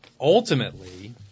ultimately